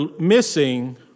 missing